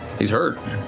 he's hurt.